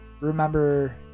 remember